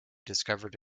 discovered